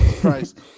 Christ